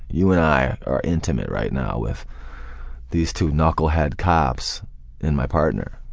you and i are are intimate right now with these two knucklehead cops and my partner.